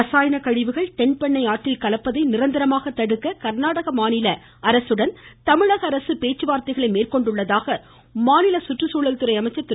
ரசாயன கழிவுகள் தென்பெண்ணை ஆற்றில் கலப்பதை நிரந்தரமாக தடுக்க கர்நாடக மாநில அரசுடன் தமிழக அரசு பேச்சுவார்த்தை மேற்கொண்டுள்ளதாக மாநில சுற்று சூழல் துறை அமைச்சர் திரு